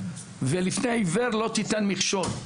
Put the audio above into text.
זה לפני עיוור לא תיתן מכשול,